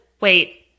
Wait